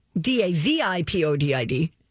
D-A-Z-I-P-O-D-I-D